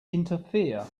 interfere